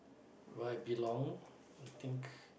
where I belong I think